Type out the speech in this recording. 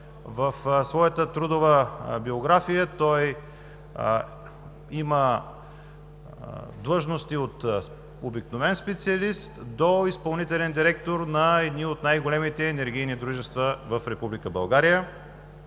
В своята трудова биография той има длъжности от обикновен специалист до изпълнителен директор на едни от най-големите енергийни дружества в Република България.